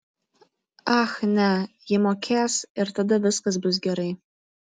ach ne ji mokės ir tada viskas bus gerai